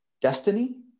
destiny